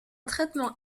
traitement